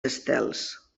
estels